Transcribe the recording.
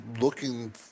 looking